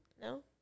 No